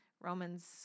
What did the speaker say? Romans